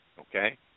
Okay